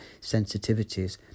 sensitivities